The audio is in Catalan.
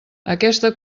aquesta